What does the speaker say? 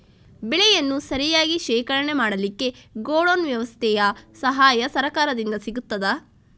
ಬೆಳೆಯನ್ನು ಸರಿಯಾಗಿ ಶೇಖರಣೆ ಮಾಡಲಿಕ್ಕೆ ಗೋಡೌನ್ ವ್ಯವಸ್ಥೆಯ ಸಹಾಯ ಸರಕಾರದಿಂದ ಸಿಗುತ್ತದಾ?